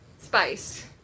spice